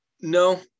No